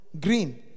green